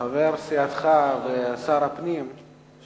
בנושא: סגירת העיר העתיקה בירושלים לכלי רכב,